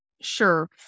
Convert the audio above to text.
Sure